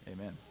amen